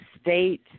state